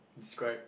describe